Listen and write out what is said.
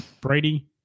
Brady